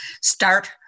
start